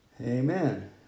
Amen